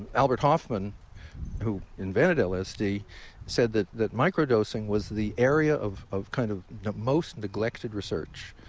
albert hofmann who invented lsd said that that micro-dosing was the area of of kind of the most neglected research.